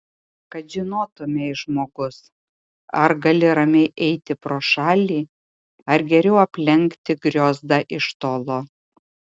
kad žinotumei žmogus ar gali ramiai eiti pro šalį ar geriau aplenkti griozdą iš tolo